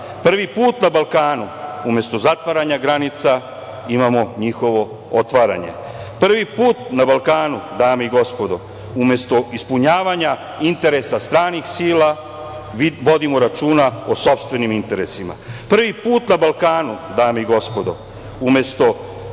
Prvi put na Balkanu umesto zatvaranja granica imamo njihovo otvaranje. Prvi put na Balkanu, dame i gospodo, umesto ispunjavanja interesa stranih sila vodimo računa o sopstvenim interesima. Prvi put na Balkanu, dame i gospodo, umesto